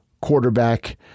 quarterback